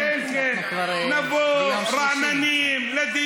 זה היום.